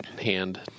hand